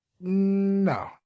no